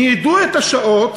ניידו את השעות.